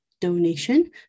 donation